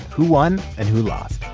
who won and who lost?